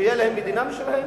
שתהיה להם מדינה משלהם,